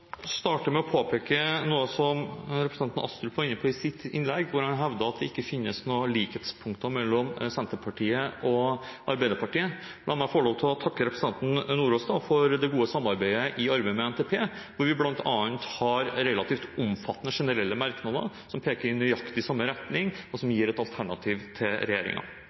starte med å påpeke noe som representanten Astrup var inne på i sitt innlegg – han hevdet at det ikke finnes noen likhetspunkter mellom Senterpartiet og Arbeiderpartiet. La meg da få takke representanten Sjelmo Nordås for det gode samarbeidet i arbeidet med NTP, hvor vi bl.a. har relativt omfattende generelle merknader som peker i nøyaktig samme retning, og som gir et alternativ til